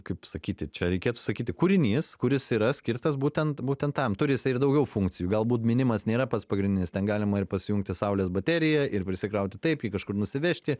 kaip sakyti čia reikėtų sakyti kūrinys kuris yra skirtas būtent būtent tam turi jisai ir daugiau funkcijų galbūt mynimas nėra pats pagrindinis ten galima ir pasijungti saulės bateriją ir prisikrauti taip jį kažkur nusivežti